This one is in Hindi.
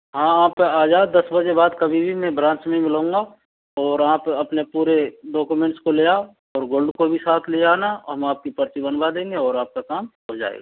हाँ आप आ जाओ दस बजे के बाद कभी भी मैं ब्रांच में ही मिलूंगा और आप अपने पूरे डॉकोमेंट्स को ले आओ और गोल्ड को भी साथ ले आना और हम आपकी पर्ची बनवा देंगे और आपका काम हो जाएगा